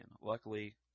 Luckily